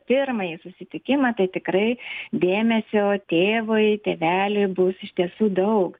pirmąjį susitikimą tai tikrai dėmesio tėvui tėveliui bus iš tiesų daug